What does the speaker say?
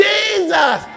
Jesus